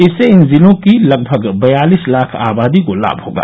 इससे इन जिलों की लगभग बयालिस लाख आबादी को लाभ होगा